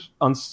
on